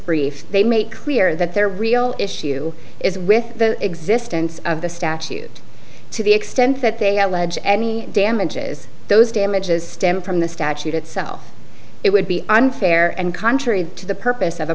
brief they made clear that their real issue is with the existence of the statute to the extent that they allege any damages those damages stem from the statute itself it would be unfair and contrary to the purpose of a